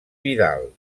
vidal